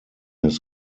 his